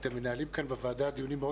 אתם מנהלים כאן בוועדה דיונים מאוד